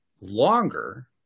longer